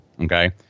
Okay